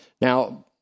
Now